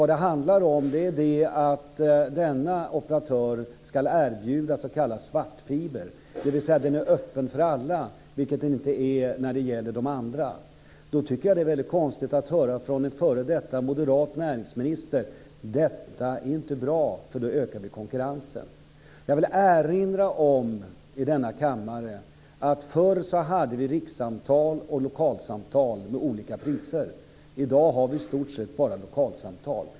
Denna operatör ska erbjuda s.k. svartfiber, dvs. den är öppen för alla, vilket den inte är hos de andra. Jag tycker att det är väldigt konstigt att höra från en moderat f.d. näringsminister att detta inte är bra eftersom det ökar konkurrensen. Jag vill erinra om att förr hade vi rikssamtal och lokalsamtal med olika priser. I dag har vi i stort sett bara lokalsamtal.